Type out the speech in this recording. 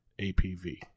APV